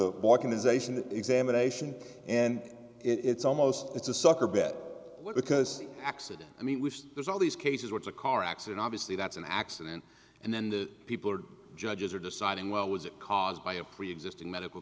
ization examination and it's almost it's a sucker bet because accident i mean there's all these cases what's a car accident obviously that's an accident and then the people are judges are deciding well was it caused by a preexisting medical